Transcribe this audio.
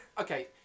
okay